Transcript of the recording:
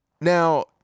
Now